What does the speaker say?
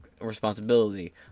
responsibility